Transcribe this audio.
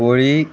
पोळी